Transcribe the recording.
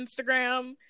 Instagram